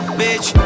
bitch